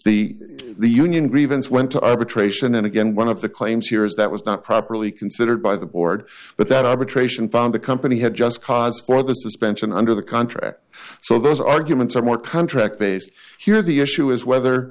the the union grievance went to arbitration and again one of the claims here is that was not properly considered by the board but that arbitration found the company had just cause for the suspension under the contract so those arguments are more contract based here the issue is whether